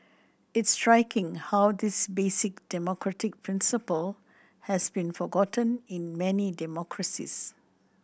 it's striking how this basic democratic principle has been forgotten in many democracies